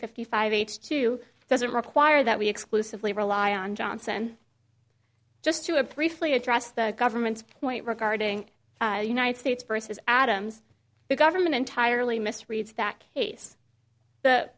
fifty five eighth's to doesn't require that we exclusively rely on johnson just two or three fully address the government's point regarding the united states versus adams the government entirely misreads that case the